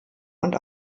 und